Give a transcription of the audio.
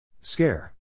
Scare